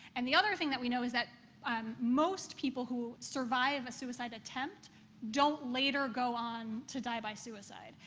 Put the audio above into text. and the other thing that we know is that um most people who survive a suicide attempt don't later go on to die by suicide.